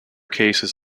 cases